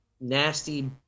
Nasty